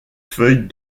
feuilles